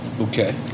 Okay